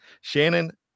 shannon